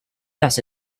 does